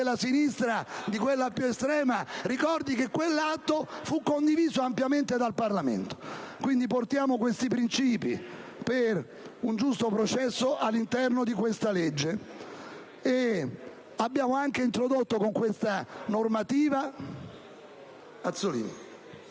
della sinistra, di quella più estrema, ricordi che quell'atto fu condiviso ampiamente dal Parlamento. Quindi, portiamo questi principi per un giusto processo all'interno di questa legge. Abbiamo anche introdotto, con questa normativa,